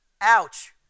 ouch